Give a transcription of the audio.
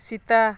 Sita